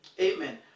Amen